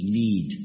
need